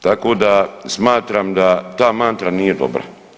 Tako da smatram da ta mantra nije dobra.